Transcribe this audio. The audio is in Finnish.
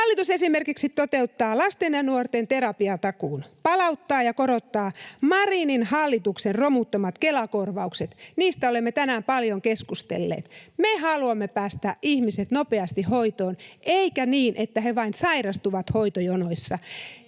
Hallitus esimerkiksi toteuttaa lasten ja nuorten terapiatakuun, palauttaa ja korottaa Marinin hallituksen romuttamat Kela-korvaukset. Niistä olemme tänään paljon keskustelleet. Me haluamme päästää ihmiset nopeasti hoitoon, eikä niin, että he vain sairastuvat hoitojonoissa.